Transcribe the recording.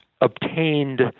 obtained